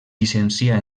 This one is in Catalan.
llicencià